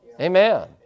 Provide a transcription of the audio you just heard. Amen